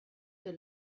que